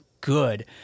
good